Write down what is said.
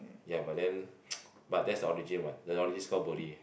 ya but then but that's the origin one the origin's called Buri